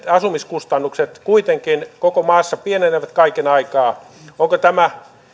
asumiskustannukset kuitenkin koko maassa kasvavat kaiken aikaa onko tämä